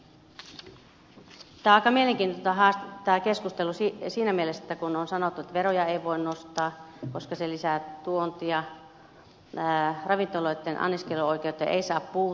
tämä on aika mielenkiintoinen keskustelu siinä mielessä kun on sanottu että veroja ei voi nostaa koska se lisää tuontia ravintoloitten anniskeluoikeuteen ei saa puuttua